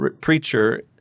preacher